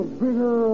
bigger